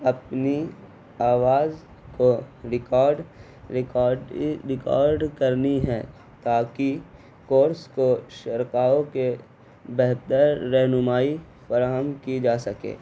اپنی آواز کو ریکارڈ ریکارڈی ریکارڈ کرنی ہے تاکہ کورس کو شرکاؤں کے بہتر رہنمائی فراہم کی جا سکے